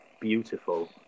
beautiful